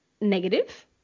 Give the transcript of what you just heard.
negative